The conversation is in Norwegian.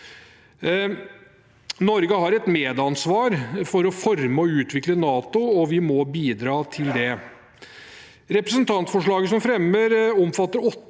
Norge har et medansvar for å forme og utvikle NATO, og vi må bidra til det. Representantforslaget omfatter åtte